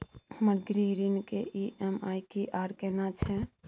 हमर गृह ऋण के ई.एम.आई की आर केना छै?